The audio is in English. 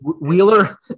Wheeler